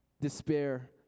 Despair